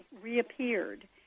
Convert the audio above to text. reappeared